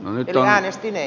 eli äänestin ei